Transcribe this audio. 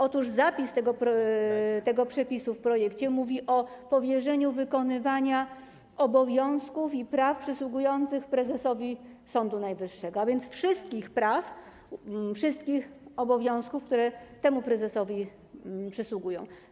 Otóż ten przepis w projekcie mówi o powierzeniu wykonywania obowiązków i praw przysługujących prezesowi Sądu Najwyższego, a więc wszystkich praw i wszystkich obowiązków, które temu prezesowi przysługują.